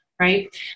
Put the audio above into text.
right